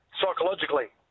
psychologically